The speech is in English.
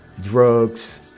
drugs